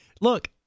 Look